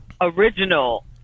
original